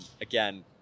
again